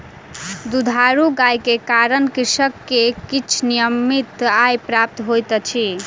दुधारू गाय के कारण कृषक के किछ नियमित आय प्राप्त होइत अछि